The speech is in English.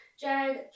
Jag